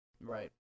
Right